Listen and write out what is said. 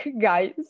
guys